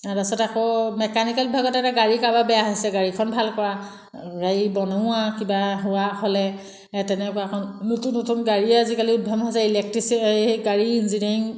তাৰপিছতে আকৌ মেকানিকেল বিভাগত এতিয়া গাড়ী কাৰোবাৰ বেয়া হৈছে গাড়ীখন ভাল কৰা গাড়ী বনোৱা কিবা হোৱা হ'লে এই তেনেকুৱাখন নতুন নতুন গাড়ী আজিকালি উদ্ভাৱন হৈছে ইলেক্ট্ৰিচি এই সেই গাড়ীৰ ইঞ্জিনিয়াৰিং